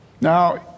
Now